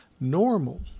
normal